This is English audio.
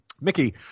Mickey